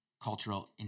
cultural